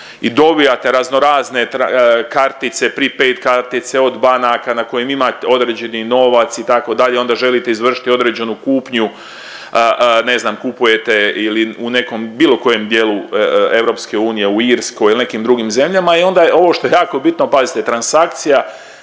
i dobijate raznorazne kartice, prepaide kartice od banaka na kojim ima određeni novac itd. onda želite izvršiti određenu kupnju. Ne znam, kupujete u nekom bilo kojem dijelu EU u Irskoj il nekim drugim zemljama i onda ovo što je jako bitno pazite, transakcija